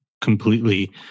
completely